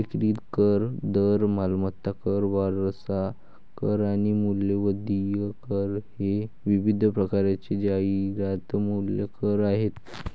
विक्री कर, दर, मालमत्ता कर, वारसा कर आणि मूल्यवर्धित कर हे विविध प्रकारचे जाहिरात मूल्य कर आहेत